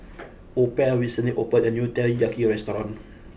opal recently opened a new Teriyaki restaurant